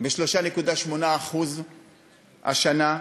ב-3.8% השנה,